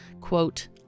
quote